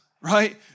right